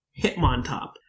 Hitmontop